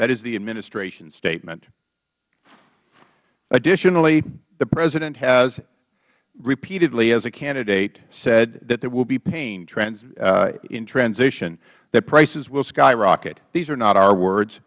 that is the administration's statement additionally the president has repeatedly as a candidate said that there will be pain in transition that prices will skyrocket these are not our words